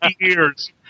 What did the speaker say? years